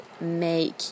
make